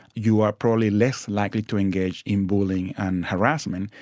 you are probably less likely to engage in bullying and harassment.